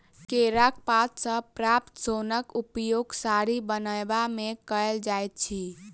केराक पात सॅ प्राप्त सोनक उपयोग साड़ी बनयबा मे कयल जाइत अछि